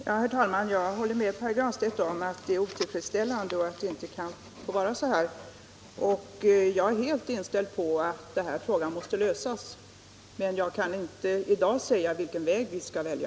Herr talman! Jag håller med Pär Granstedt om att det är otillfredsställande och att det inte kan få vara på det här sättet. Jag är helt inställd på att denna fråga måste lösas, men jag kan inte i dag säga vilken väg vi skall välja.